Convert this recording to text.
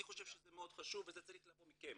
אני חושב שזה מאד חשוב וזה צריך לבוא מכם.